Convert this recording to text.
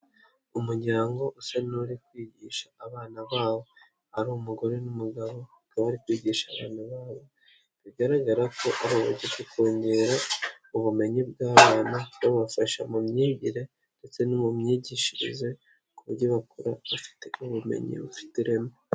Umuryango usa n'uri kwigisha abana bawo hari umugore n'umugabo bakaba bari kwigisha abana babo bigaragara ko ari uburyo kongera ubumenyi bw'abana babafasha mu myigire ndetse no mu myigishirize ku buryo bakura bafite ubumenyi bufite ireme.